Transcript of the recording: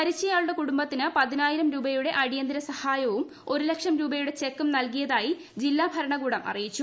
മരിച്ചയാളുടെ കുടുംബത്തിന് പതിനായിരം രൂപയുടെ അടിയന്തീര സഹായവും ഒരു ലക്ഷം രൂപയുടെ ചെക്കും നൽകിയതായി ജില്ലാ ഭരണകൂടം അറിയിച്ചു